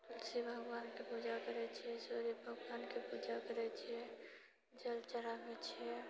तुलसी भगवानके पूजा करैत छियै सूर्य भगवानके पूजा करैत छियै जल चढ़ाबैत छियै